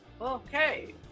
Okay